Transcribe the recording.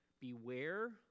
Beware